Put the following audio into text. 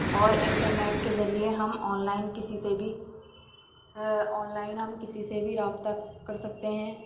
اور انٹرنیٹ کے ذریعے ہم آن لائن کسی سے بھی آن لائن ہم کسی سے بھی رابطہ کرسکتے ہیں